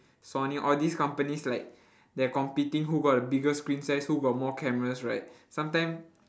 sony all these companies like they're competing who got the bigger screen size who got more cameras right sometimes